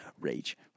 Rage